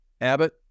Abbott